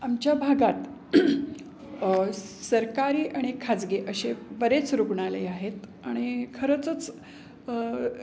आमच्या भागात सरकारी आणि खाजगी असे बरेच रुग्णालयं आहेत आणि खरंचंच